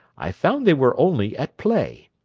i found they were only at play.